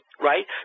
right